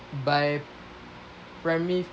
by primary